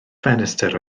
ffenestr